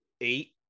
eight